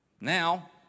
now